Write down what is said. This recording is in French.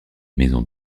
maisons